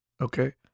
Okay